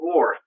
War